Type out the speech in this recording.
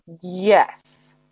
Yes